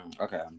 Okay